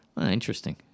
Interesting